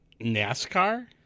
NASCAR